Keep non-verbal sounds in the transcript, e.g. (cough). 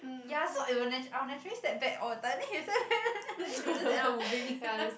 ya so it will natu~ I will naturally step back all the time he will (laughs) we will just end up moving